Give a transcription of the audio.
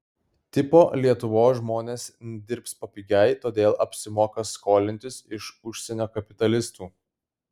tipo lietuvos žmonės dirbs papigiai todėl apsimoka skolintis iš užsienio kapitalistų